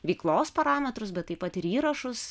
veiklos parametrus bet taip pat ir įrašus